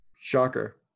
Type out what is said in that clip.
Shocker